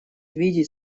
видеть